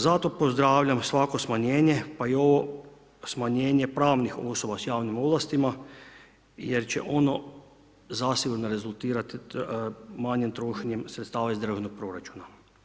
Zato pozdravljam svako smanjenje, pa i ovo smanjenje pravnih osoba s javnim ovlastima jer će ono zasigurno rezultirati manjem trošenjem sredstava iz državnog proračuna.